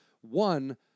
one